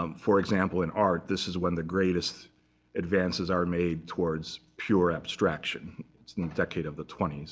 um for example, in art, this is when the greatest advances are made towards pure abstraction. it's in the decade of the twenty s.